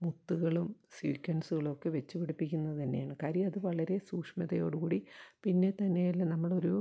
മുത്തുകളും സ്വീക്വൻസുകളൊക്കെ വച്ച് പിടിപ്പിക്കുന്നത് തന്നെയാണ് കാര്യം അത് വളരെ സൂക്ഷ്മതയോടുകൂടി പിന്നെ തന്നെയല്ല നമ്മളൊരു